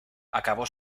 acabó